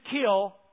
kill